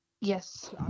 Yes